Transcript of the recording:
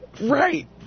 Right